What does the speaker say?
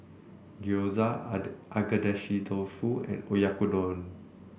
Gyoza Agedashi Dofu and Oyakodon